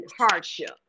hardship